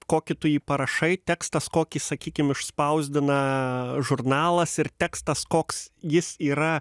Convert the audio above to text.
kokį tu jį parašai tekstas kokį sakykim išspausdina žurnalas ir tekstas koks jis yra